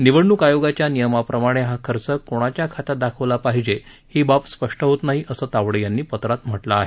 निवडण़क आयोगाच्या नियमाप्रमाणे हा खर्च कोणाच्या खात्यात दाखवला पाहिजे ही बाब स्पष्ट होत नाही असं तावडे यांनी पत्रात म्हटले आहे